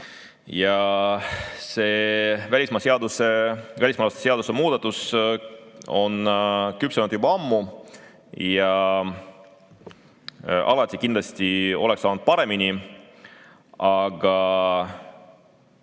See välismaalaste seaduse muudatus on küpsenud juba ammu ja nagu alati, kindlasti oleks saanud paremini. Aga